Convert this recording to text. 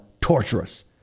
torturous